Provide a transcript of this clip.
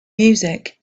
music